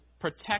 protect